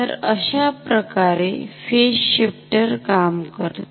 तर अशाप्रकारे phase shifter काम करते